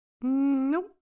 Nope